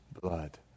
blood